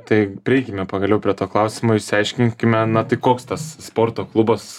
tai prieikime pagaliau prie to klausimo išsiaiškinkime na tai koks tas sporto klubas